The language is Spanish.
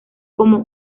como